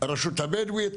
"הרשות הבדואית",